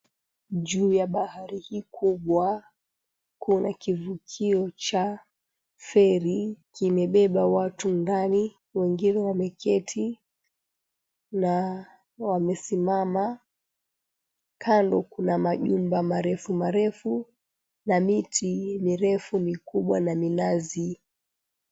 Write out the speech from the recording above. Juu ya bahari hii kubwa, kuna kivukio cha feri kimebeba watu ndani, wengine wameketi na wamesimama, kando kuna majumba marefu marefu na miti mirefu mikubwa na minazi.